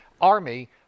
Army